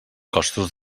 costos